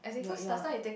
your your